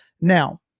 Now